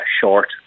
short